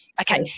Okay